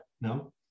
no